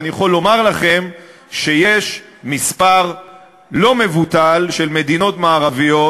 ואני יכול לומר לכם שיש מספר לא מבוטל של מדינות מערביות,